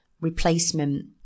replacement